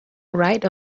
right